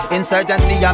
Insurgency